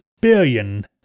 billion